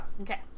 Okay